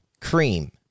Cream